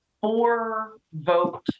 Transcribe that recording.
four-vote